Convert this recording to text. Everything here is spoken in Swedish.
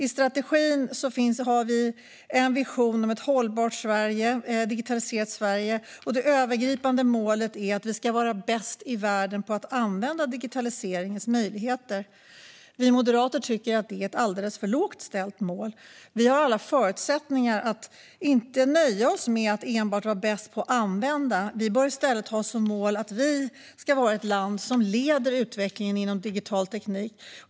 I strategin finns en vision om ett hållbart, digitaliserat Sverige, och det övergripande målet är att vi ska vara bäst i världen på att använda digitaliseringens möjligheter. Vi moderater tycker att detta är ett alldeles för lågt ställt mål. Vi har alla förutsättningar att inte nöja oss med att endast vara bäst på att använda. Vi bör i stället ha som mål att vara ett land som leder utvecklingen inom digital teknik.